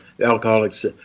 alcoholics